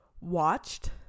watched